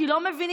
כי לא מבינים,